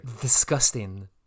Disgusting